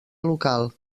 local